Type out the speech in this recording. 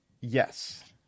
yes